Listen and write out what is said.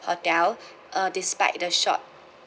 hotel uh despite the short